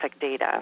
data